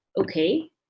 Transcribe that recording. okay